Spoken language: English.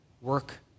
work